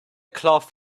cloth